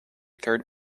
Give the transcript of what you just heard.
third